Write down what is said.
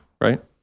right